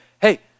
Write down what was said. hey